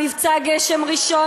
מבצע "גשם ראשון",